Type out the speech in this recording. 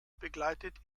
begleitet